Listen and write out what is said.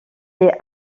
est